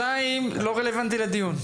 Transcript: שנית, לא רלוונטי לדיון.